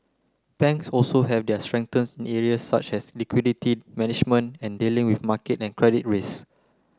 banks also have their strengthen in areas such as liquidity management and dealing with market and credit race